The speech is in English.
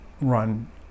run